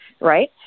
right